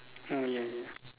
oh ya ya